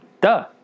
Duh